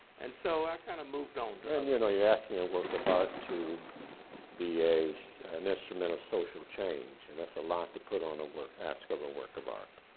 and so i kind of moved on. and, you know, you're asking a work of art to be so an instrument of social change, and that's a lot to put on a work, ask of a work of art.